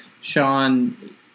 Sean